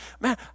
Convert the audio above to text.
Man